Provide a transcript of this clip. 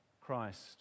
Christ